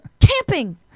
Camping